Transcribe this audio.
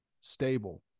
stable